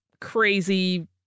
crazy